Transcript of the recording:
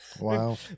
Wow